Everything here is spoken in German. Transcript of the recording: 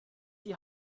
die